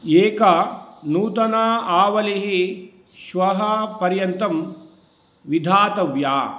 एका नूतना आवलिः श्वः पर्यन्तं विधातव्या